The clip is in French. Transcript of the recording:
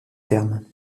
terme